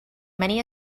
many